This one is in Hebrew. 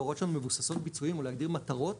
ההוראות שלנו מבוססות ביצועים ולהגדיר מטרות